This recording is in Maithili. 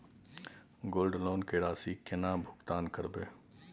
गोल्ड लोन के राशि केना भुगतान करबै?